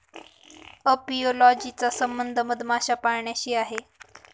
apiology चा संबंध मधमाशा पाळण्याशी आहे